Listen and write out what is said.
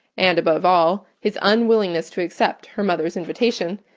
and, above all, his unwillingness to accept her mother's invitation,